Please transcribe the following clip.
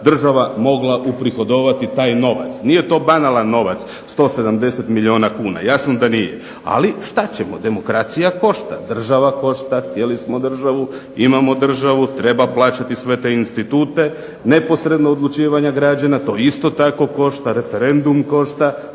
država mogla uprihodovati taj novac. Nije to banalan novac 170 kuna jasno da nije. Ali što ćemo demokracija košta, htjeli smo državu, imamo državu, treba plaćati sve te institute, neposredno odlučivanje građana to isto tako košta, referendum košta,